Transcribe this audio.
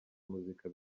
muzika